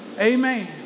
Amen